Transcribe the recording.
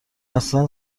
اصلا